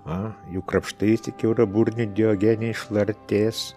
a juk krapštai tik kiauraburnį diogenį iš lartės